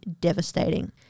devastating